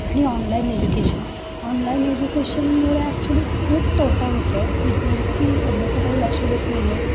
आणि online education online एज्युकेशनमुळे actually खूप तोटा होतो आहे विद्यार्थी अभ्यासाकडे लक्ष देत नाही आहेत